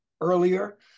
earlier